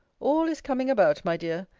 all is coming about, my dear.